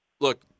look